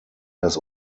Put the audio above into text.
dass